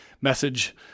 message